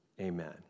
amen